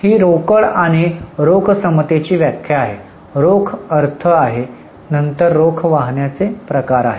ही रोकड आणि रोख समतेची व्याख्या आहे रोख अर्थ आहे नंतर रोख वाहण्याचे प्रकार आहेत